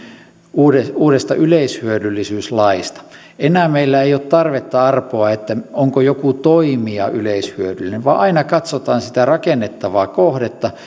uudesta uudesta yleishyödyllisyyslaista enää meillä ei ole tarvetta arpoa onko joku toimija yleishyödyllinen vaan aina katsotaan sitä rakennettavaa kohdetta